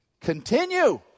Continue